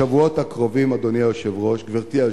בשבועות הקרובים, גברתי היושבת-ראש,